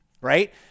Right